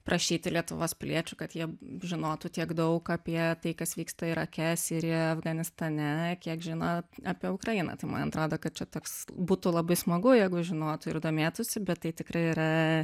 prašyti lietuvos piliečių kad jie žinotų tiek daug apie tai kas vyksta irake sirijoje afganistane kiek žiną apie ukrainą tai man atrodo kad čia toks būtų labai smagu jeigu žinotų ir domėtųsi bet tai tikrai yra